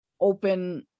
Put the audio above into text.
open